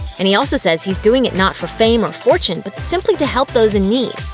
and he also says he's doing it not for fame or fortune, but simply to help those in need.